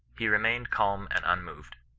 he remained calm and unmoved.